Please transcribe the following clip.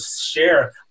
share